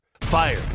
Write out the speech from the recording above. Fire